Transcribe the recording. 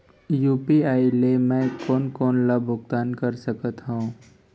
UPI ले मैं कोन कोन ला भुगतान कर सकत हओं?